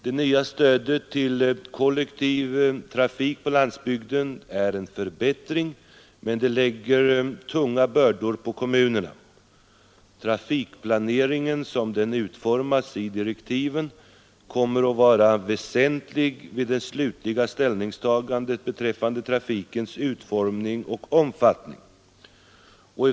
Det nya systemet för stöd till kollektiv trafik på landsbygden är en förbättring, men det lägger tunga bördor på kommunerna. Trafikplaneringen, såsom den utformats i direktiven, kommer att vara väsentlig vid det slutliga ställningstagandet beträffande trafikens utformning och omfattning.